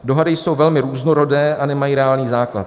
Dohady jsou velmi různorodé a nemají reálný základ.